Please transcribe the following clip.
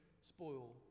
spoil